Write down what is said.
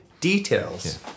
details